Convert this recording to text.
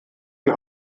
die